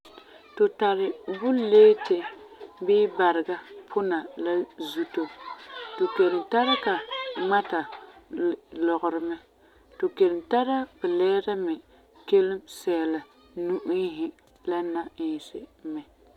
Tu tari buleete bii barega puna la zuto. tu kelum tara ka ŋmata lɔgerɔ mɛ. Tu kelum tara buleete sɛɛla nu'ɛɛsi la na'ɛɛsi mɛ.